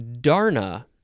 Darna